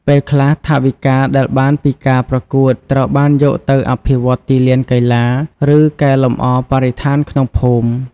ពេលខ្លះ ថវិកាដែលបានពីការប្រកួតត្រូវបានយកទៅអភិវឌ្ឍទីលានកីឡា ឬកែលម្អបរិស្ថានក្នុងភូមិ។